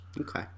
Okay